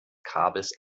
kabels